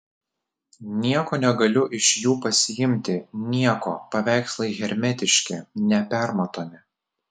nieko negaliu iš jų pasiimti nieko paveikslai hermetiški nepermatomi